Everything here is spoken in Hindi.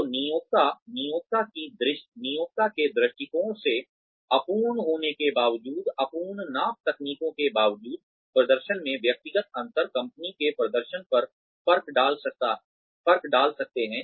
तो नियोक्ता नियोक्ता के दृष्टिकोण से अपूर्ण होने के बावजूद अपूर्ण नाप तकनीकों के बावजूद प्रदर्शन में व्यक्तिगत अंतर कंपनी के प्रदर्शन पर फर्क डाल सकते हैं